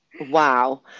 Wow